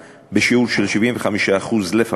בשיעור של 75% לפחות